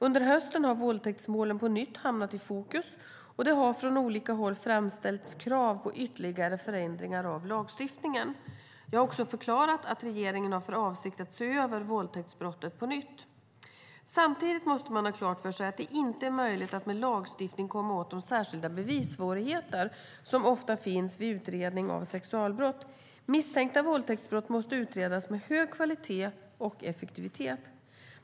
Under hösten har våldtäktsmålen på nytt hamnat i fokus, och det har från olika håll framställts krav på ytterligare förändringar av lagstiftningen. Jag har också förklarat att regeringen har för avsikt att se över våldtäktsbrottet på nytt. Samtidigt måste man ha klart för sig att det inte är möjligt att med lagstiftning komma åt de särskilda bevissvårigheter som ofta finns vid utredning av sexualbrott. Misstänkta våldtäktsbrott måste utredas med hög kvalitet och effektivitet.